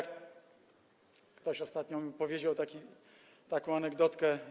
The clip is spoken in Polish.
Ktoś ostatnio powiedział mi taką anegdotkę.